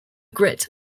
grit